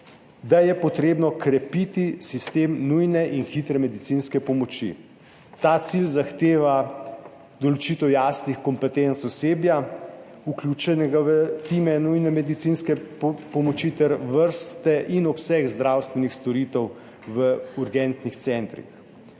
da je potrebno krepiti sistem nujne in hitre medicinske pomoči. Ta cilj zahteva določitev jasnih kompetenc osebja vključenega v time nujne medicinske pomoči ter vrste in obseg zdravstvenih storitev v urgentnih centrih.